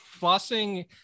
flossing